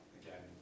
again